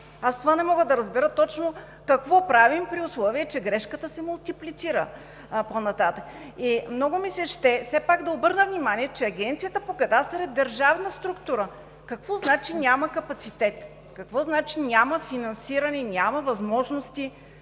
Това не мога да разбера – точно какво правим, при условие че грешката се мултиплицира по-нататък? Много ми се ще все пак да обърна внимание, че Агенцията по кадастър е държавна структура. Какво значи „няма капацитет“, какво значи „няма финансиране, няма възможности“?